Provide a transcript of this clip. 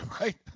right